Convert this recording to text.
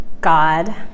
God